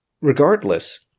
regardless